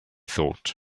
thought